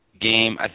game